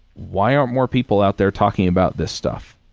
why aren't more people out there talking about this stuff?